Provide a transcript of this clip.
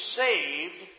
saved